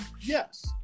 Yes